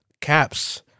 Cap's